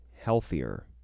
healthier